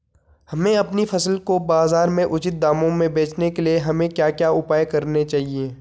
हमें अपनी फसल को बाज़ार में उचित दामों में बेचने के लिए हमें क्या क्या उपाय करने चाहिए?